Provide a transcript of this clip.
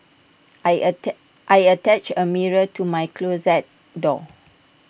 I attack attached A mirror to my closet door